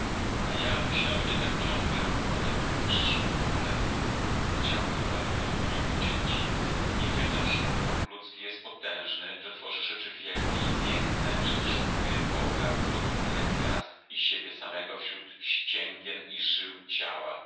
a ja myślę jednak ciągle o tem przyszłem pokoleniu chciałbym aby to nie byli ludzie dzicy niech wiedzą że duch ludzki jest potężny że tworzy rzeczy wielkie i piękne że wyszukuje boga w złotym pyle gwiazd i siebie samego wśród ścięgien i żył ciała